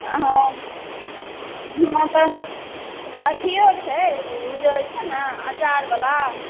अँ हुआँ तऽ अथिओ छै ओ जे होइ छै ने अँचारवला